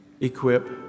equip